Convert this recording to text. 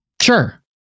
sure